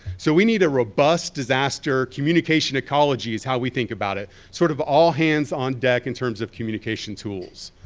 so we need a robust disaster communication ecology is how we think about it. sort of all hands on deck in terms of communication tools.